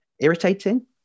irritating